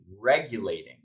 regulating